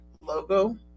logo